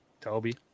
Toby